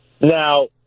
Now